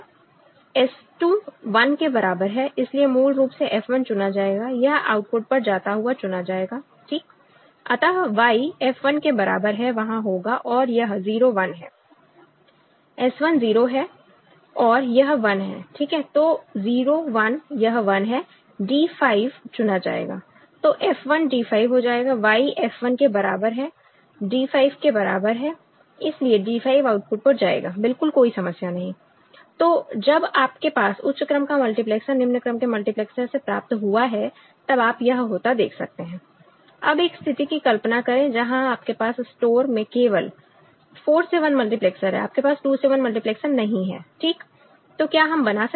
S 2 1 के बराबर है इसलिए मूल रूप से F 1 चुना जाएगा यह आउटपुट पर जाता हुआ चुना जाएगा ठीक अतः Y F 1 के बराबर है वहां होगा और यह 0 1 है S 1 0 है और यह 1 है ठीक है तो 0 1 यह 1 है D 5 चुना जाएगा तो F 1 D 5 हो जाएगा Y F 1 के बराबर है D 5 के बराबर है इसलिए D 5 आउटपुट पर जाएगा बिल्कुल कोई समस्या नहीं तो जब आपके पास उच्च क्रम का मल्टीप्लेक्सर निम्न क्रम के मल्टीप्लेक्सर से प्राप्त हुआ है तब आप यह होता देख सकते हैं अब एक स्थिति की कल्पना करें जहां आपके पास स्टोर में केवल 4 से 1 मल्टीप्लैक्सर है आपके पास 2 से 1 मल्टीप्लेक्सर नहीं है ठीक तो क्या हम बना सकते हैं